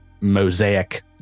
mosaic